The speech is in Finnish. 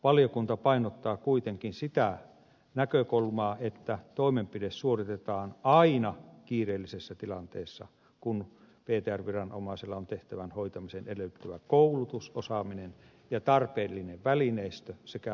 valiokunta painottaa kuitenkin sitä näkökulmaa että toimenpide suoritetaan aina kiireellisessä tilanteessa kun ptr viranomaisella on tehtävän hoitamisen edellyttämä koulutus osaaminen ja tarpeellinen välineistö sekä mahdollisuus toimenpiteen suorittamiseen